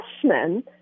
freshmen